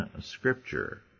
Scripture